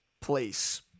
place